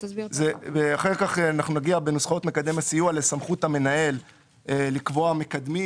אחר כך אנחנו נגיע בנוסחאות מקדם הסיוע לסמכות המנהל לקבוע מקדמים,